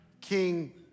King